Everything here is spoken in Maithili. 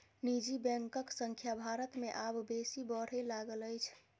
निजी बैंकक संख्या भारत मे आब बेसी बढ़य लागल अछि